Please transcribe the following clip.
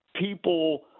people